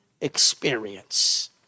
experience